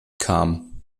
kam